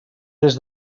des